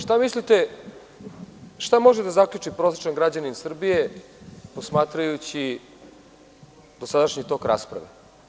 Šta može da zaključi prosečan građanin Srbije posmatrajući dosadašnji tok rasprave?